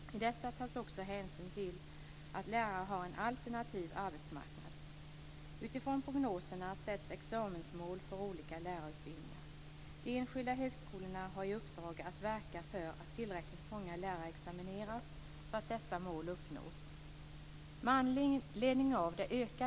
I dessa tas också hänsyn till att lärare har en alternativ arbetsmarknad. Utifrån prognoserna sätts examensmål för olika lärarutbildningar. De enskilda högskolorna har i uppdrag att verka för att tillräckligt många lärare examineras, så att dessa mål uppnås.